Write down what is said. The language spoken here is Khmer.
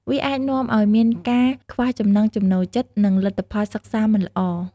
វាអាចនាំឲ្យមានការខ្វះចំណង់ចំណូលចិត្ត និងលទ្ធផលសិក្សាមិនល្អ។